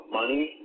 money